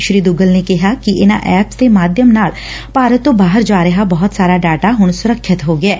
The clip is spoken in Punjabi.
ਸ੍ਰੀ ਦੁੱਗਲ ਨੇ ਕਿਹਾ ਕਿ ਇਨਾਂ ਐਪਸ ਦੇਂ ਮਾਧਿਅਮ ਨਾਲ ਭਾਰਤ ਤੋਂ ਬਾਹਰ ਜਾ ਰਿਹਾ ਬਹੁਤ ਸਾਰਾ ਡਾਟਾ ਹੁਣ ਸੁਰੱਖਿਅਤ ਹੋ ਗਿਐ